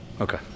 okay